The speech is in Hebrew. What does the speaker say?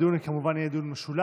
הדיון כמובן יהיה דיון משולב.